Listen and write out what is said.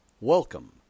Welcome